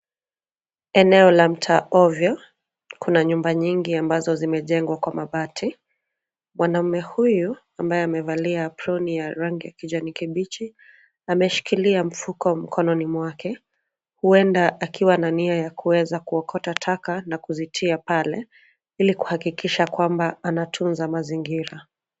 Eneo la mtaa ovyo. Kuna nyumba nyingi ambazo zimejengwa kwa mabati. Mwanaume huyu ambaye amevalia aproni ya rangi ya kijani kibichi ameshikilia mfuko mkononi mwake, huenda akiwa na nia ya kuweza kuokota taka na kuzitia pale, ilikuhakikisha kwamba anatunza mazingira.